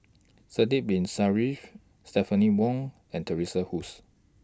Sidek Bin Saniff Stephanie Wong and Teresa Hsu